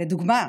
לדוגמה,